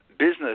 business